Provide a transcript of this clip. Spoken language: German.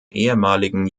ehemaligen